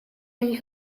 een